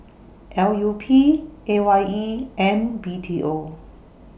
L U P A Y E and B T O